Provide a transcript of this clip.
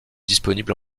disponible